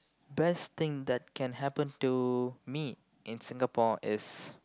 best thing that can happen to me in Singapore is